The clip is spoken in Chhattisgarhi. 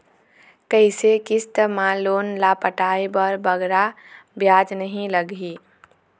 कइसे किस्त मा लोन ला पटाए बर बगरा ब्याज नहीं लगही?